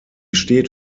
steht